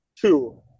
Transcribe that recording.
Two